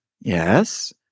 yes